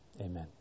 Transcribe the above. Amen